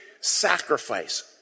sacrifice